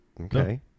Okay